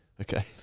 Okay